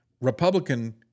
Republican